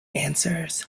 answers